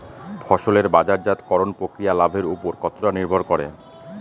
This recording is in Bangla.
ফসলের বাজারজাত করণ প্রক্রিয়া লাভের উপর কতটা নির্ভর করে?